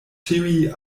ĉiuj